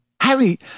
Harry